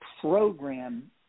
program